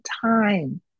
time